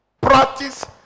practice